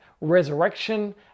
resurrection